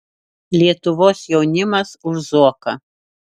lietuvos jaunimas už zuoką